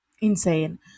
insane